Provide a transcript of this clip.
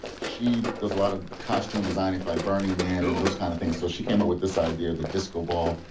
she does a lot of costume designing for burning man and those kinds of things. so she came up with this idea, the disk oh ball.